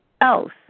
else